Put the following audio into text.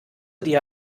dir